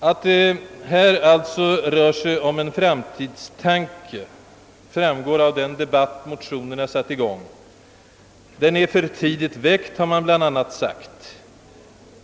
Att det här alltså rör sig om en framtidstanke framgår av den debatt motionen har föranlett. Den är för tidigt väckt har man bl.a. sagt.